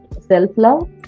self-love